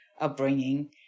upbringing